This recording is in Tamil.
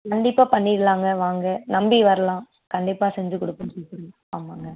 கண்டிப்பாக பண்ணிடலாங்க வாங்க நம்பி வரலாம் கண்டிப்பாக செஞ்சு கொடுப்போம் கொடுக்குறோம் ஆமாங்க